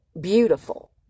beautiful